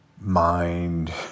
mind